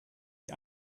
die